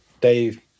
Dave